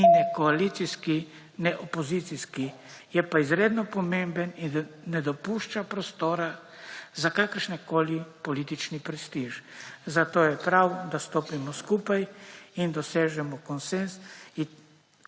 ni ne koalicijski ne opozicijski, je pa izredno pomemben in ne dopušča prostora za kakršnekoli politični prestiž, zato je prav, da stopimo skupaj in dosežemo konsenz